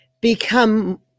become